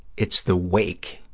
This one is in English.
it's the wake,